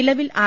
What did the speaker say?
നിലവിൽ ആർ